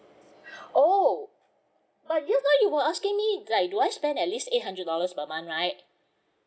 oh but just now you were asking me like do I spend at least eight hundred dollars per month right